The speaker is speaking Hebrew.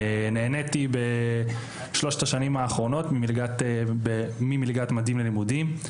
נהניתי בשלושת השנים האחרונות ממלגת ממדים ללימודים.